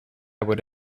would